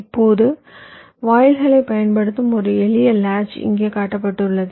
இப்போது வாயில்களைப் பயன்படுத்தும் ஒரு எளிய லாட்ச் இங்கே காட்டப்பட்டுள்ளது